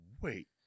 wait